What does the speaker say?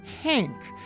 hank